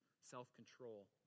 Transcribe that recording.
self-control